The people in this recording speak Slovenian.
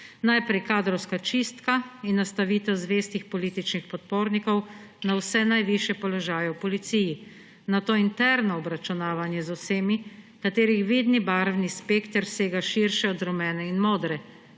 Najprej kadrovska čistka in nastavitev zvestih političnih podpornikov na vse najvišje položaje v Policiji, nato interno obračunavanje z vsemi, katerih vidni barvni spekter sega širše od rumene in modre.